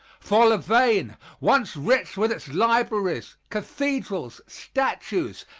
for louvain, once rich with its libraries, cathedrals, statues,